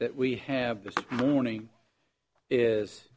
that we have this morning is